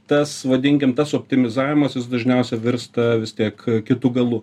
tas vadinkim tas optimizavimas jis dažniausiai virsta vis tiek kitu galu